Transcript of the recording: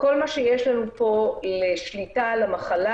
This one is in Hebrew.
כל מה שיש לנו פה לשליטה על המחלה